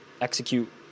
execute